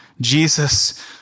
Jesus